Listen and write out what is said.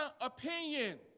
opinion